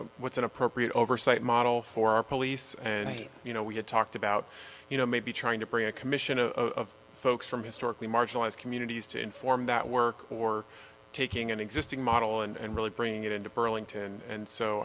a what's an appropriate oversight model for our police and i you know we had talked about you know maybe trying to bring a commission of folks from historically marginalized communities to inform that work or taking an existing model and really bringing it into burlington and so